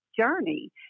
journey